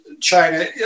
China